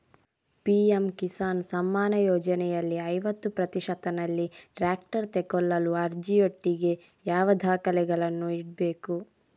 PM Kisan Samman ಯೋಜನೆಯಲ್ಲಿ ಐವತ್ತು ಪ್ರತಿಶತನಲ್ಲಿ ಟ್ರ್ಯಾಕ್ಟರ್ ತೆಕೊಳ್ಳಲು ಅರ್ಜಿಯೊಟ್ಟಿಗೆ ಯಾವ ದಾಖಲೆಗಳನ್ನು ಇಡ್ಬೇಕು?